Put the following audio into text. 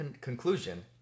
conclusion